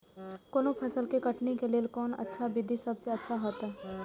कोनो फसल के कटनी के लेल कोन अच्छा विधि सबसँ अच्छा होयत?